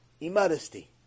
Immodesty